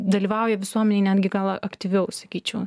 dalyvauja visuomenėj netgi gal aktyviau sakyčiau